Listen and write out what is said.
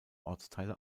ortsteile